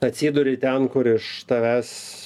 atsiduri ten kur iš tavęs